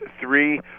three